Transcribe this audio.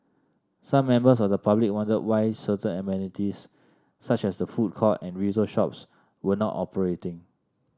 some members of the public wondered why certain amenities such as the food court and retail shops were not operating